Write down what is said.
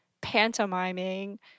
pantomiming